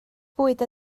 bwyd